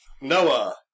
Noah